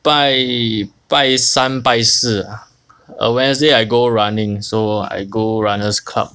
拜拜三拜四 ah err wednesday I go running so I go runners' club